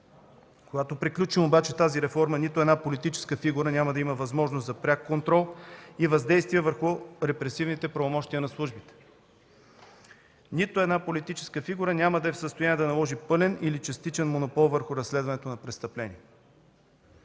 Когато приключим обаче тази реформа, нито една политическа фигура няма да има възможност за пряк контрол и въздействие върху репресивните правомощия на службите. Нито една политическа фигура няма да е в състояние да наложи пълен или частичен монопол върху разследването на престъпления.